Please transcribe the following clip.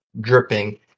dripping